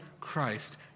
Christ